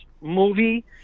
movie